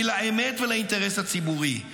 היא לַאמת ולאינטרס הציבורי,